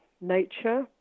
nature